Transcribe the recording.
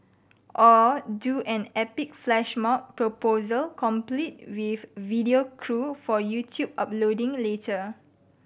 or do an epic flash mob proposal complete with video crew for YouTube uploading later